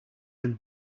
and